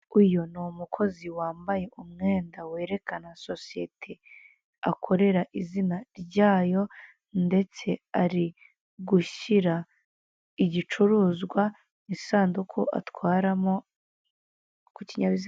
Uyu ni umukozi wambaye umwenda werekana sosiyete akorera izina ryayo, ndetse ari gushyira igicuruzwa mu isanduku atwaramo ku kinyabiziga.